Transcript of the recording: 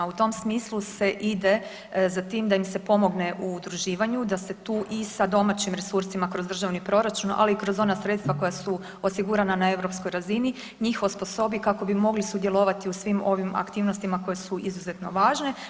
U tom smislu se ide za tim da im se pomogne u udruživanju, da se tu i sa domaćim resursima kroz državni proračun, ali i kroz ona sredstva koja su osigurana na europskoj razini njih osposobi kako bi mogli sudjelovati u svim ovim aktivnostima koje su izuzetno važne.